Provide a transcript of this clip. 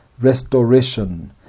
restoration